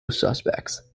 suspects